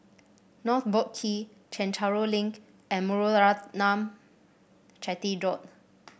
North Boat Quay Chencharu Link and Muthuraman Chetty Road